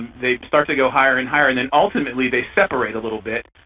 they start to go higher and higher and then ultimately they separate a little bit.